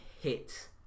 hit